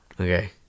Okay